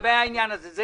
לגבי העניין הזה.